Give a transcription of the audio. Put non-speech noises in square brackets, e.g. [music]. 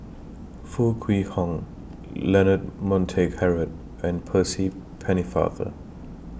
[noise] Foo Kwee Horng Leonard Montague Harrod and Percy Pennefather